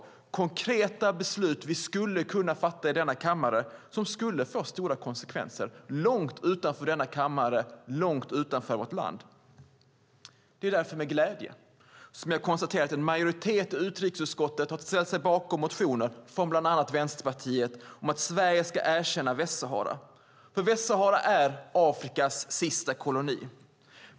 Det handlar om konkreta beslut som vi skulle kunna fatta i denna kammare och som skulle få stora konsekvenser långt utanför denna kammare och långt utanför vårt land. Det är därför med glädje som jag konstaterar att en majoritet i utrikesutskottet har ställt sig bakom motioner från bland annat Vänsterpartiet om att Sverige ska erkänna Västsahara. Västsahara är Afrikas sista koloni.